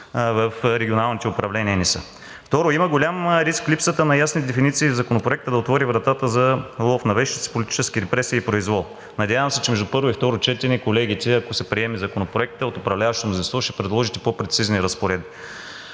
в регионалните управления не са? Второ, има голям риск липсата на ясни дефиниции Законопроектът да отвори вратата за лов на вещици, политически репресии и произвол. Надявам се, че между първо и второ четене, колегите, ако се приеме Законопроектът от управляващото мнозинство, ще предложите по-прецизни разпоредби.